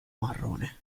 marrone